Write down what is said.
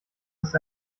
ist